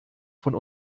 von